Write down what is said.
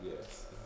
Yes